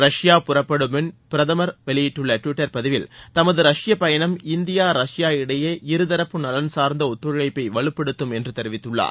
Russia புறப்படும்முன் பிரதமர் வெளியிட்டுள்ள டுவிட்டர் பதிவில் தமது ரஷ்ய பயணம் இந்தியா ரஷ்யா இடையே இருதரப்பு நலன்சார்ந்த ஒத்துழைப்பை வலுப்படுத்தும் என்று தெரிவித்துள்ளார்